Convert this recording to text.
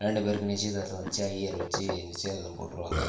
ரெண்டு பேருக்கும் நிச்சயதார்த்தம் வச்சு ஐயர் வச்சு நிச்சயதார்த்தம் போட்டுருவாங்க